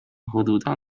حدودا